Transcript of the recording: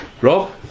Rob